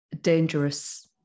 dangerous